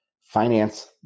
finance